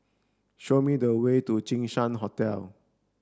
show me the way to Jinshan Hotel